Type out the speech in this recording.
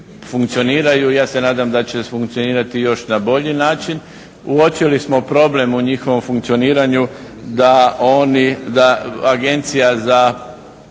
ja se nadam da će funkcionirati još na bolji način. Uočili smo problem u njihovom funkcioniranju da Agencija za